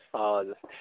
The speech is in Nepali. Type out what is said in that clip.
हजुर